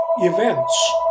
events